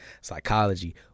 psychology